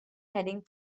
heading